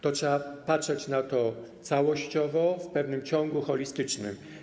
Trzeba patrzeć na to całościowo, w pewnym ciągu holistycznym.